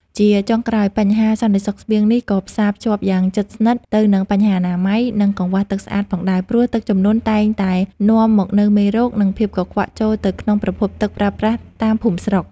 ជាចុងក្រោយ បញ្ហាសន្តិសុខស្បៀងនេះក៏ផ្សារភ្ជាប់យ៉ាងជិតស្និទ្ធទៅនឹងបញ្ហាអនាម័យ និងកង្វះទឹកស្អាតផងដែរ ព្រោះទឹកជំនន់តែងតែនាំមកនូវមេរោគ និងភាពកខ្វក់ចូលទៅក្នុងប្រភពទឹកប្រើប្រាស់តាមភូមិស្រុក។